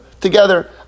together